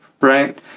right